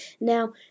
Now